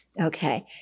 Okay